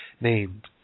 named